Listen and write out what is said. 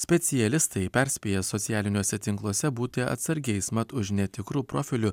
specialistai perspėja socialiniuose tinkluose būti atsargiais mat už netikrų profilių